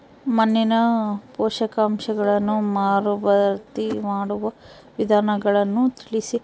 ಮಣ್ಣಿನ ಪೋಷಕಾಂಶಗಳನ್ನು ಮರುಭರ್ತಿ ಮಾಡುವ ವಿಧಾನಗಳನ್ನು ತಿಳಿಸಿ?